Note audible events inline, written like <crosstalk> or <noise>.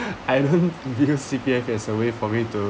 <laughs> I don't view C_P_F as a way for me to